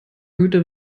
güter